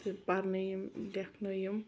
تہٕ پرنٲیِم لٮ۪کھنٲیِم